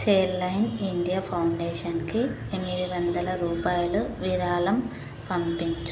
child line India ఫౌండేషన్కి ఎనిమిది వందల రూపాయలు విరాళం పంపించు